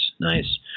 nice